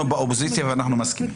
אנחנו באופוזיציה ואנחנו מסכימים.